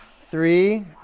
three